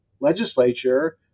legislature